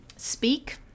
speak